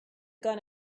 gun